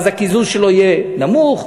הקיזוז שלו יהיה נמוך,